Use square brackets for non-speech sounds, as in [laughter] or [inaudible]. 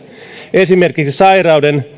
esimerkiksi sairauden [unintelligible]